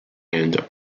hand